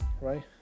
right